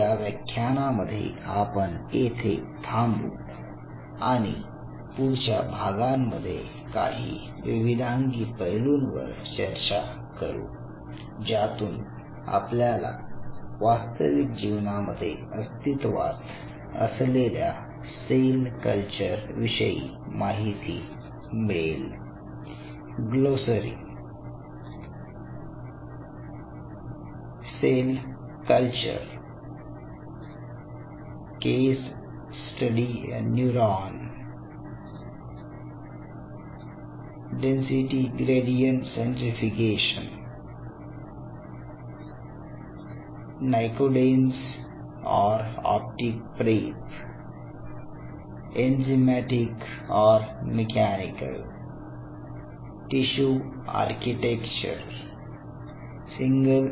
या व्याख्यानामध्ये आपण येथे थांबू आणि पुढच्या भागांमध्ये काही विविधांगी पैलूंवर चर्चा करू ज्यातून आपल्याला वास्तविक जीवनामध्ये अस्तित्वात असलेल्या सेल कल्चर विषयी माहिती मिळेल